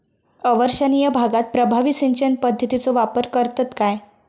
अवर्षणिय भागात प्रभावी सिंचन पद्धतीचो वापर करतत काय?